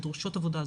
שהן דורשות עבודה.